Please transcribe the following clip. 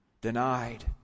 denied